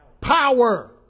Power